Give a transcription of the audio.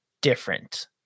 different